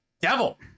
devil